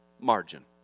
margin